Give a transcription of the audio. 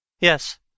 Yes